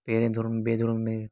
playgroup playgroup में